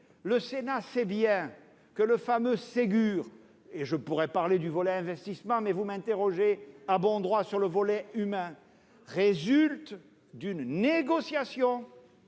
Le Sénat sait bien que le fameux Ségur- je pourrais parler du volet investissements, mais vous m'interrogez à bon droit sur le volet humain -résulte d'une négociation